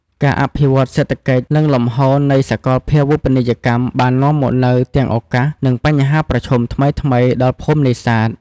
ការអភិវឌ្ឍន៍សេដ្ឋកិច្ច និងលំហូរនៃសកលភាវូបនីយកម្មបាននាំមកនូវទាំងឱកាស និងបញ្ហាប្រឈមថ្មីៗដល់ភូមិនេសាទ។